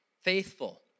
Faithful